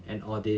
and all this